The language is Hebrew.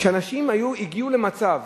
שאנשים הגיעו למצב